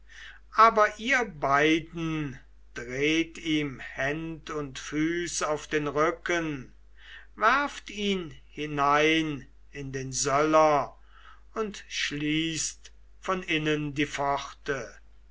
aber ihr beiden dreht ihm händ und füß auf den rücken werft ihn hinein in den söller und schließt von innen die pforte